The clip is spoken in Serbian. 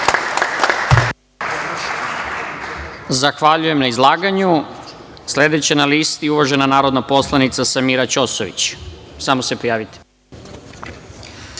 Zahvaljujem na izlaganju. Sledeća je na listi uvažena narodna poslanica Samira Ćosović. Izvolite.